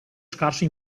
scarso